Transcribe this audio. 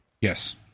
yes